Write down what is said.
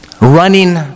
Running